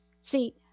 See